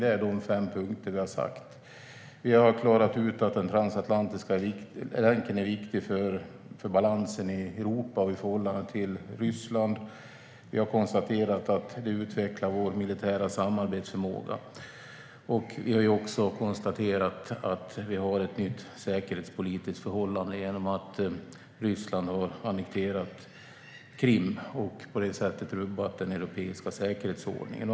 Det är de fem punkterna vi har sagt. Vi har klarat ut att den transatlantiska länken är viktig för balansen i Europa och i förhållande till Ryssland. Vi har konstaterat att vi utvecklar vår militära samarbetsförmåga. Vi har också konstaterat att vi har ett nytt säkerhetspolitiskt förhållande genom att Ryssland har annekterat Krim och på det sättet rubbat den europeiska säkerhetsordningen.